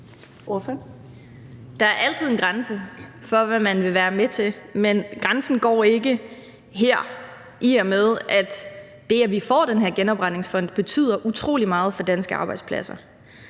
Der er altid en grænse for, hvad man vil være med til. Men grænsen går ikke her, i og med at det, at vi får den her genopretningsfond, betyder utrolig meget for danske arbejdspladser,